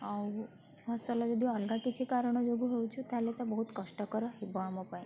ଆଉ ଫସଲ ଯଦିଓ ଅଲଗା କିଛି କାରଣ ଯୋଗୁଁ ହେଉଛି ତାହେଲେ ତ ବହୁତ କଷ୍ଟକର ହେବ ଆମ ପାଇଁ